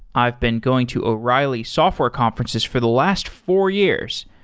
i've been going to o'reilly software conferences for the last four years,